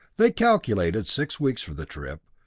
they calculated six weeks for the trip,